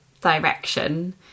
direction